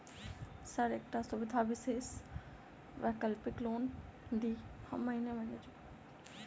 Sir एकटा सुविधा विशेष वैकल्पिक लोन दिऽ हम महीने महीने चुका देब?